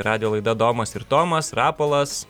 radijo laida domas ir tomas rapolas